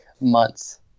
months